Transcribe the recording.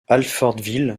alfortville